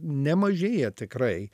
nemažėja tikrai